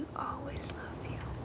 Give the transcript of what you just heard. always love you.